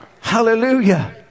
Hallelujah